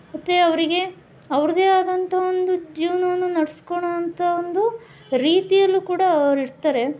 ಮತ್ತು ಅವರಿಗೆ ಅವ್ರದ್ದೇ ಆದಂಥ ಒಂದು ಜೀವನವನ್ನು ನಡ್ಸಕೋಳೋ ಅಂಥ ಒಂದು ರೀತಿಯಲ್ಲೂ ಕೂಡ ಅವ್ರು ಇರ್ತಾರೆ